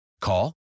Call